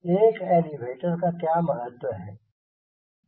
एक एलीवेटर का क्या महत्व है